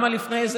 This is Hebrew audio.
גם על לפני זה,